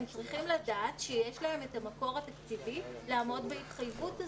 צריכים לדעת שיש להם את המקור התקציבי לעמוד בהתחייבות הזאת,